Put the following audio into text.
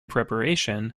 preparation